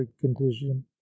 condition